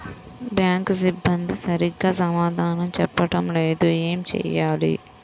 Bank సిబ్బంది సరిగ్గా సమాధానం చెప్పటం లేదు ఏం చెయ్యాలి?